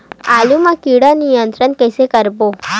आलू मा कीट नियंत्रण कइसे करबो?